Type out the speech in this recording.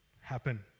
happen